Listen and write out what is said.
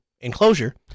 enclosure